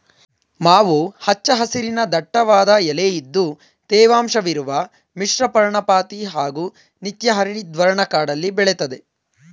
ಮಾವು ಹಚ್ಚ ಹಸಿರಿನ ದಟ್ಟವಾದ ಎಲೆಇದ್ದು ತೇವಾಂಶವಿರುವ ಮಿಶ್ರಪರ್ಣಪಾತಿ ಹಾಗೂ ನಿತ್ಯಹರಿದ್ವರ್ಣ ಕಾಡಲ್ಲಿ ಬೆಳೆತದೆ